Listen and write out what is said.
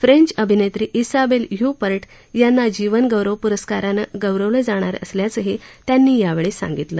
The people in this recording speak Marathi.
फ्रेंच अभिनेत्री ईसाबेल ह्युपर्ट यांना जीवनगौरव पुरस्कारानं गौरवलं जाणार असल्याचंही त्यांनी यावेळी सांगितलं